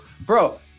Bro